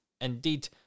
Indeed